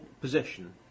position